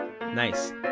Nice